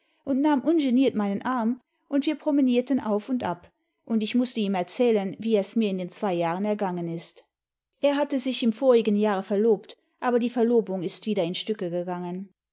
und nahm ungeniert meinen arm und wir promenierten auf und ab und ich mußte ihm erzählen wie es mir in den zwei jahren ergangen ist er hatte sich im vorigen jahre verlobt aber die verlobung ist wieder in stücke gegangen